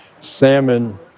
salmon